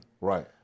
Right